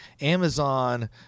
Amazon